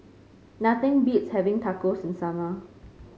nothing beats having Tacos in the summer